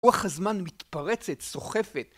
רוח הזמן מתפרצת, סוחפת